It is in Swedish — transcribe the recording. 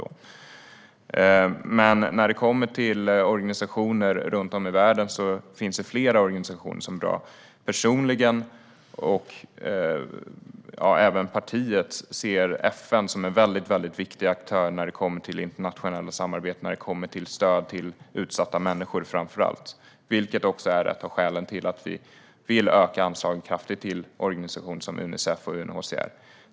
Det finns flera organisationer runt om i världen som både jag personligen och partiet ser positivt på. FN är en mycket viktig aktör i internationellt samarbete, framför allt när det gäller utsatta människor. Det är ett av skälen till att vi vill öka anslagen kraftigt till organisationer som Unicef och UNHCR.